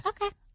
Okay